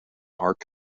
arc